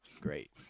great